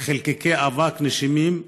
חלקיקי אבק נשימים,